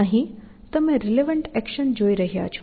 અહીં તમે relevant action ને જોઈ રહ્યા છો